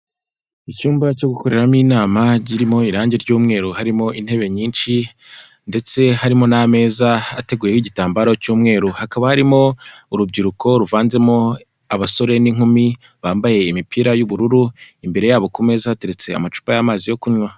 Icyumba cyo gukoreramo inama kirimo irangi ry'umweru harimo intebe nyinshi ndetse harimo n'amezaza ateguweho igitambaro cy'umweru. Hakaba harimo urubyiruko ruvanzemo abasore n'inkumi bambaye imipira y'ubururu imbere yabo ku meza yateretse amacupa y'amazi yo kunywa.